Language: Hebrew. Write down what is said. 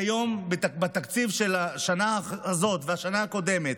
כיום, בתקציב של השנה הזאת ושל השנה הקודמת,